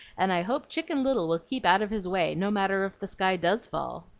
and i hope chicken little will keep out of his way, no matter if the sky does fall.